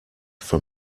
from